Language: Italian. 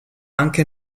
anche